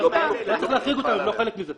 לא צריך להחריג אותם, הם לא חלק מזה.